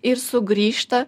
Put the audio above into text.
ir sugrįžta